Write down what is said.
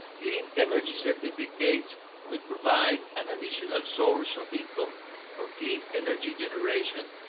clean energy certificates would provide an additional source of income for clean energy generation,